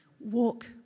walk